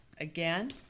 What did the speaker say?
Again